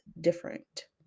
different